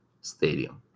stadium